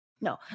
No